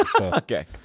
Okay